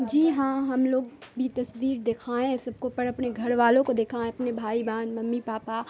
جی ہاں ہم لوگ بھی تصویر دکھائے ہیں سب کو پر اپنے گھر والوں کو دکھائیں اپنے بھائی بہن ممی پاپا